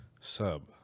sub